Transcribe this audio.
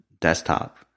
desktop